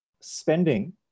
spending